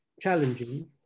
challenging